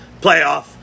Playoff